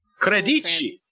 Credici